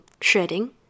shredding